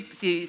si